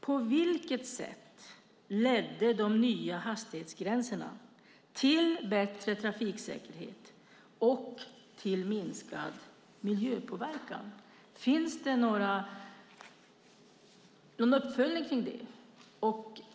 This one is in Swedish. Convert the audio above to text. På vilket sätt ledde de nya hastighetsgränserna till bättre trafiksäkerhet och till minskad miljöpåverkan? Finns det någon uppföljning av det?